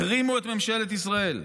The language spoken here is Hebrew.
החרימו את ממשלת ישראל,